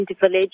village